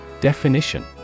Definition